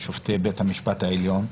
שופטי בית המשפט העליון,